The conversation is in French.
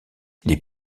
les